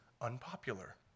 unpopular